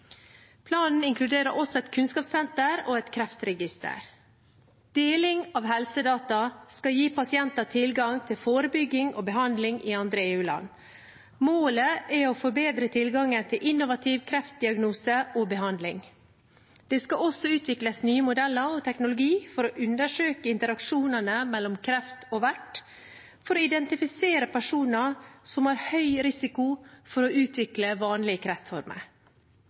Planen inkluderer også et kunnskapssenter og et kreftregister. Deling av helsedata skal gi pasienter tilgang til forebygging og behandling i andre EU-land. Målet er å forbedre tilgangen til innovativ kreftdiagnose og behandling. Det skal også utvikles nye modeller og teknologi for å undersøke interaksjonene mellom kreft og vert for å identifisere personer som har høy risiko for å utvikle vanlige kreftformer.